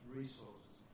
Resources